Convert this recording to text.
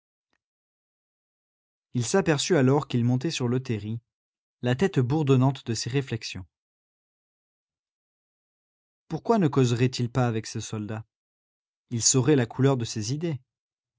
il s'aperçut alors qu'il montait sur le terri la tête bourdonnante de ces réflexions pourquoi ne causerait il pas avec ce soldat il saurait la couleur de ses idées